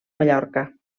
mallorca